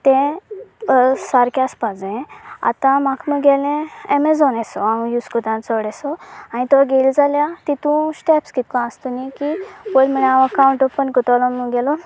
तें सारकें आसपा जाय आतां म्हाका म्हगेलें एमेजोन एसो हांव यूज करता चडसो हांवें तो घेतलो जाल्यार तातूंत स्टेप्स कितल्यो आसता न्हय की पयली म्हणल्यार हांव अकाउंट ओपन करतलो म्हगेलो